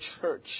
Church